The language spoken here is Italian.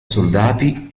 soldati